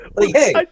Hey